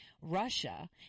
Russia